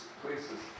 places